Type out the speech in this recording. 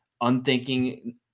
unthinking